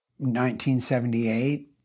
1978